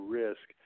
risk